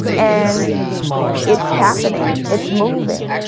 and it's happening. it's moving.